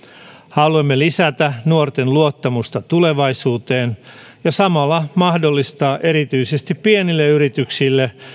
haluamme lisätä nuorten luottamusta tulevaisuuteen ja samalla mahdollistaa erityisesti pienille yrityksille